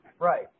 Right